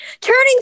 Turning